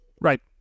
Right